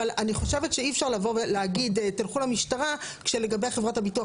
אבל אני חושבת שאי אפשר להגיד שיילכו למשטרה כשלגבי חברות הביטוח